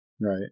Right